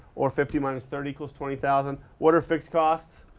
or fifty minus thirty equals twenty thousand. what are fixed costs?